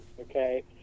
okay